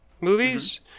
movies